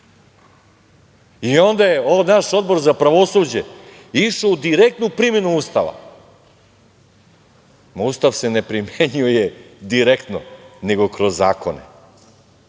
Onda je naš Odbor za pravosuđe išao u direktnu primenu Ustava. Ustav se ne primenjuje direktno nego kroz zakone,